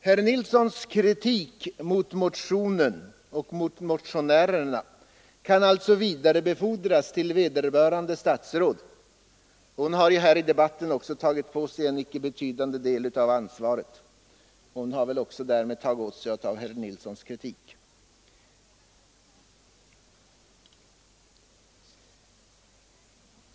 Herr Nilssons kritik av motionen och motionärerna kan alltså vidarebefordras till vederbörande statsråd. Hon har här i dag tagit på sig en inte obetydlig del av ansvaret. Även hon får alltså taga åt sig av herr Nilssons kritik.